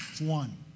one